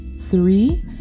Three